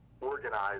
organized